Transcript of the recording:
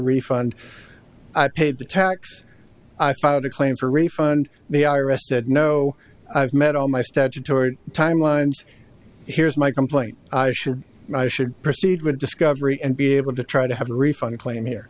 refund i paid the tax i filed a claim for refund the i r s said no i've met all my statutory timelines here's my complaint i should i should proceed with discovery and be able to try to have a refund claim here